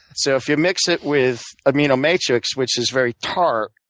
so if you mix it with amino matrix, which is very tart,